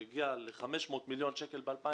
שהגיע ל-500 מיליון שקל ב-2018.